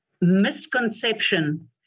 misconception